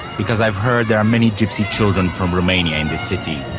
because i've heard there are many gypsy children from romania ain the city,